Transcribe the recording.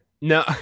No